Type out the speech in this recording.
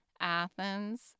Athens